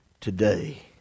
today